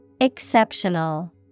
Exceptional